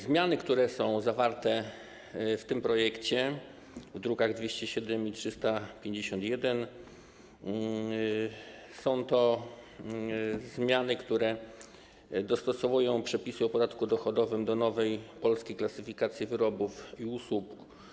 Zmiany, które są zawarte w tym projekcie, w drukach nr 207 i 351, są to zmiany, które dostosowują przepisy o podatku dochodowym do nowej Polskiej Klasyfikacji Wyrobów i Usług.